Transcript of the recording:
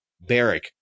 barrack